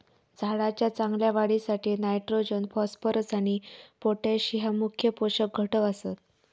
झाडाच्या चांगल्या वाढीसाठी नायट्रोजन, फॉस्फरस आणि पोटॅश हये मुख्य पोषक घटक आसत